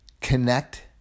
Connect